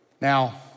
Now